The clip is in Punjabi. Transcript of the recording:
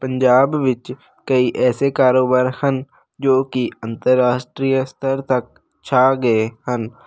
ਪੰਜਾਬ ਵਿੱਚ ਕਈ ਐਸੇ ਕਾਰੋਬਾਰ ਹਨ ਜੋ ਕਿ ਅੰਤਰਰਾਸ਼ਟਰੀ ਸਤਰ ਤੱਕ ਛਾ ਗਏ ਹਨ